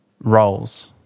roles